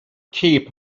keep